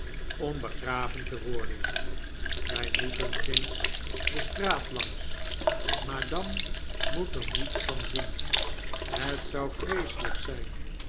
om begraven te worden wy moeten ginds de straat langs madame moet er niets van zien het zou vreeselyk zgn